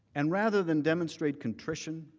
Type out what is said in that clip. and rather than demonstrate contrition